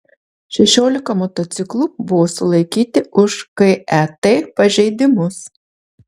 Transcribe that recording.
šešiolika motociklų buvo sulaikyti už ket pažeidimus